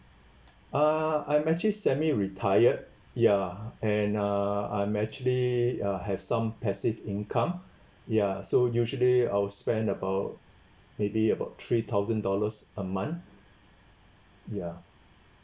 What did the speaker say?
uh I'm actually semi-retired ya and uh I'm actually uh have some passive income ya so usually I'll spend about maybe about three thousand dollars a month ya